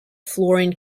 fluorine